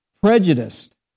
prejudiced